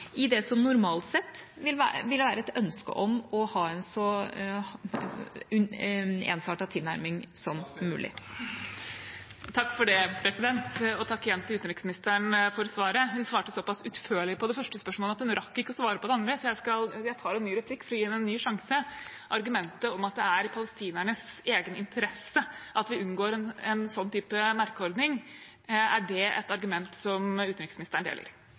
i det som normalt sett ville være et ønske om å ha en så ensartet tilnærming som mulig. Takk igjen til utenriksministeren for svaret. Hun svarte så pass utførlig på det første spørsmålet at hun rakk ikke å svare på det andre, så jeg tar en ny replikk for å gi henne en ny sjanse. Argumentet om at det er i palestinernes egen interesse at vi unngår en slik type merkeordning, er det et argument som utenriksministeren deler?